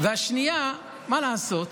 השנייה, מה לעשות,